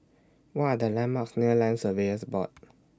What Are The landmarks near Land Surveyors Board